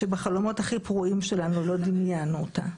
שבחלומות הכי פרועים שלנו לא דמיינו אותה,